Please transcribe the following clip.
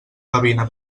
gavina